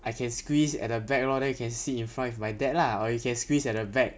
I can squeeze at the back lor then you can sit in front with my dad lah or you can squeeze at the back